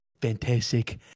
fantastic